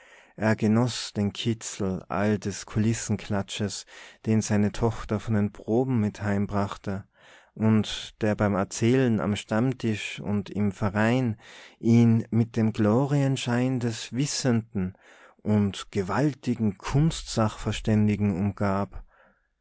er genoß den kitzel all des kulissenklatsches den seine tochter von den proben mit heimbrachte und der beim erzählen am stammtisch und im verein ihn mit dem glorienschein des wissenden und gewaltigen kunstsachverständigen umgab